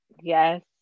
Yes